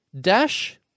dash